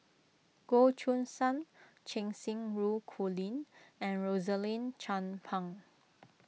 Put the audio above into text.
Goh Choo San Cheng Xinru Colin and Rosaline Chan Pang